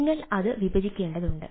നിങ്ങൾ അത് വിഭജിക്കേണ്ടതുണ്ട്